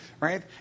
right